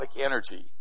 energy